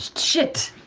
shit!